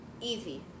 Easy